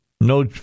No